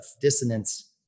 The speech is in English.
dissonance